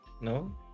No